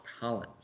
Collins